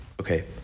Okay